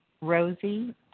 Rosie